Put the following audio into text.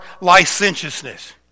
licentiousness